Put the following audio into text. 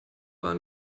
war